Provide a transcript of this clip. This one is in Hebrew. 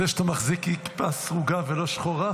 זה שאתה מחזיק כיפה סרוגה ולא כיפה שחורה,